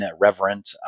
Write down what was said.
reverent